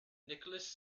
nicholas